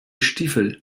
stiefel